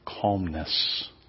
calmness